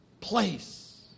place